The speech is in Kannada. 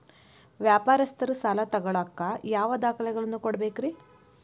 ವ್ಯಾಪಾರಸ್ಥರು ಸಾಲ ತಗೋಳಾಕ್ ಯಾವ ದಾಖಲೆಗಳನ್ನ ಕೊಡಬೇಕ್ರಿ?